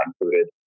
included